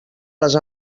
les